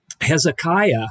Hezekiah